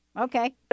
Okay